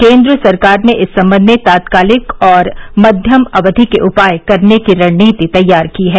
केन्द्र सरकार ने इस संबंध में तात्कालिक और मध्यम अवधि के उपाय करने की रणनीति तैयार की है